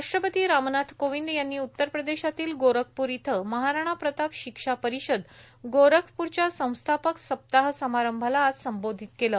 राष्ट्रपती रामनाथ कोविंद यांनी उत्तर प्रदेशातील गोरखपूर इथं महाराणा प्रताप शिक्षा परिषद गोरखप्रच्या संस्थापक सप्ताह समारंभाला आज संबोधित केले